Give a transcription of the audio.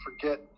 forget